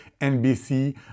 NBC